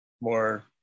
more